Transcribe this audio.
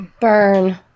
burn